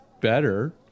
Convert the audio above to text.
better